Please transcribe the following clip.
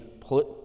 put